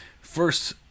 First